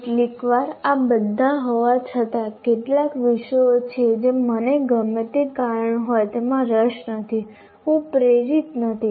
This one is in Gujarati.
કેટલીકવાર આ બધા હોવા છતાં કેટલાક વિષયો છે જે મને ગમે તે કારણ હોય તેમાં રસ નથી હું પ્રેરિત નથી